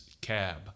cab